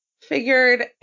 Figured